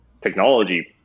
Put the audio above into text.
technology